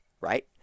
right